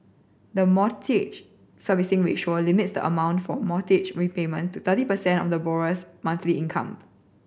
the Mortgage Servicing Ratio limits the amount for mortgage repayment to thirty percent of the borrower's monthly income